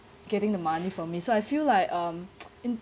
getting the money from me so I feel like um in